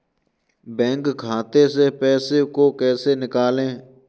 Bank खाते से पैसे को कैसे निकालें?